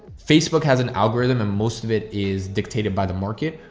facebook has an algorithm and most of it is dictated by the market,